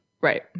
right